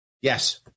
Yes